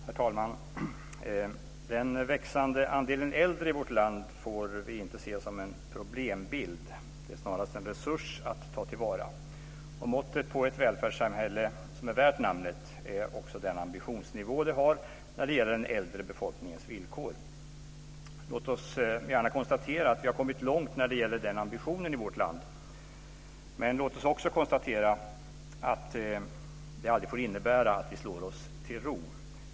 Herr talman! Den växande andelen äldre i vårt land får inte ses som en problembild, de är snarare en resurs att ta till vara. Måttet på ett välfärdssamhälle, värt namnet, är också den ambitionsnivå det har när det gäller den äldre befolkningens villkor. Låt oss gärna konstatera att vi har kommit långt när det gäller den ambitionen i vårt land. Men låt oss också konstatera att det aldrig får innebära att vi slår oss till ro.